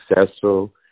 successful